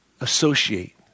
associate